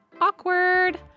Awkward